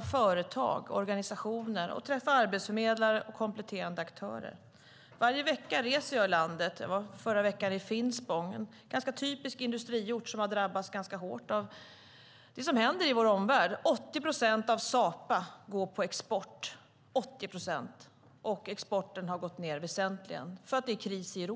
företag, organisationer, arbetsförmedlare och kompletterande aktörer. Varje vecka reser jag i landet. Förra veckan var jag i Finspång. Det är en rätt typisk industriort som har drabbats ganska hårt av det som händer i vår omvärld. 80 procent av Sapa går på export, och exporten har gått ned väsentligt för att det är kris i Europa.